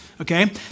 okay